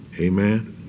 Amen